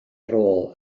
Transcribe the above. rôl